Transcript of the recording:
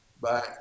Bye